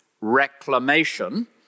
reclamation